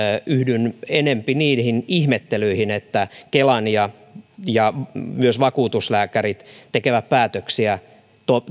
yhdyn enempi niihin ihmettelyihin että kelan lääkärit ja myös vakuutuslääkärit tekevät päätöksiä